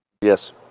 Yes